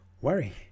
worry